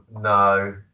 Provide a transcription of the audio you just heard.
No